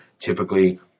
typically